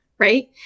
Right